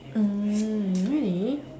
mm really